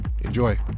enjoy